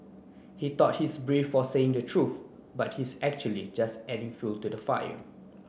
he thought he's brave for saying the truth but he's actually just adding fuel to the fire